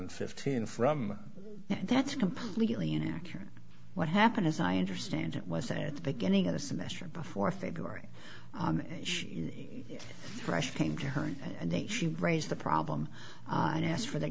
and fifteen from that's completely inaccurate what happened as i understand it was a at the beginning of the semester before february fresh came to her and then she raised the problem and asked for the